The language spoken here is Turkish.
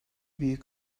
büyük